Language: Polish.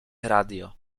radio